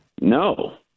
No